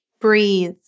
Breathe